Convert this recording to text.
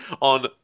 on